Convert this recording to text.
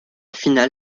finale